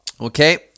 Okay